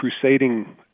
crusading